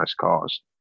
cars